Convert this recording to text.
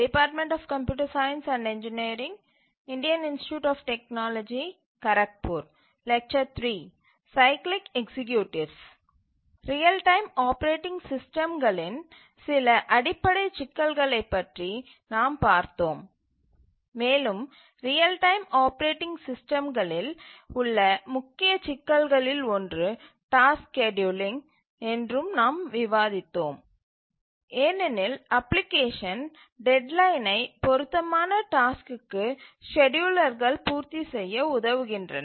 real time operating சிஸ்டம்களின் சில அடிப்படை சிக்கல்களை பற்றி நாம் பார்த்தோம் மேலும் ரியல் டைம் ஆப்பரேட்டிங் சிஸ்டம்களில் உள்ள முக்கிய சிக்கல்களில் ஒன்று டாஸ்க் ஸ்கேட்யூலிங் என்றும் நாம் விவாதித்தோம் ஏனெனில் அப்ளிகேஷன் டெட்லைனை பொருத்தமான டாஸ்க்கு ஸ்கேட்யூலர்கள் பூர்த்தி செய்ய உதவுகின்றன